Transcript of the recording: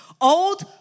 Old